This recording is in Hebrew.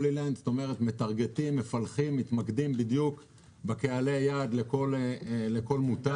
זאת אומרת מתמקדים ומפלחים את קהלי היעד לכל מותג.